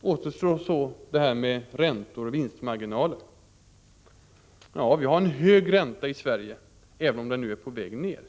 Återstår så det här med räntor och vinstmarginaler. Ja, vi har en hög ränta i Sverige, även om den nu är på väg ned.